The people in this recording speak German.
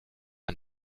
ein